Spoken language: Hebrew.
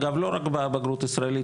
אגב לא רק בבגרות ישראלית,